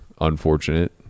unfortunate